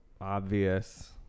obvious